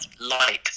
light